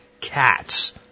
Cats